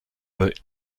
their